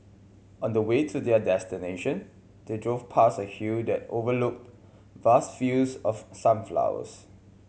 on the way to their destination they drove past a hill that overlooked vast fields of sunflowers